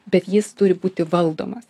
bet jis turi būti valdomas